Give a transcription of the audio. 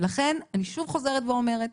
ולכן אני שוב חוזרת ואומרת,